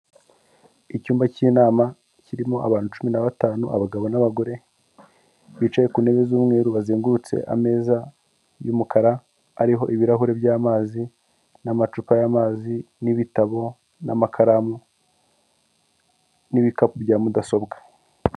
Icyumba cy'inama kirimo abantu cumi na batanu abagabo n'abagore, bicaye ku ntebe z'umweru bazengurutse ameza y'umukara ariho ibirahuri by'amazi n'amacupa y'amazi n'ibitabo n'amakaramu n'ibikapu bya mudasobwa.